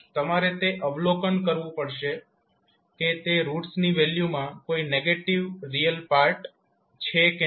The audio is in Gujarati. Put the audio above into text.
તમારે તે અવલોકન કરવું પડશે કે તે રૂટ્સની વેલ્યુમાં કોઈ નેગેટીવ રિયલ પાર્ટ છે કે નહીં